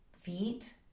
feet